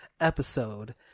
episode